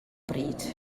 bryd